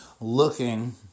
looking